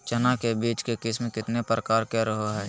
चना के बीज के किस्म कितना प्रकार के रहो हय?